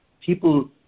People